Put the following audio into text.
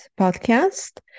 podcast